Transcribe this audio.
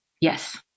Yes